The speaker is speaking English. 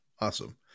Awesome